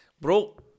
Bro